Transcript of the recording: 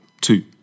two